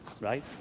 right